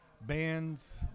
band's